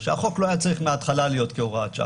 שהחוק לא היה צריך להיות כהוראת שעה.